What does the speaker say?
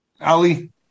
Ali